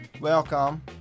Welcome